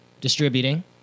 Distributing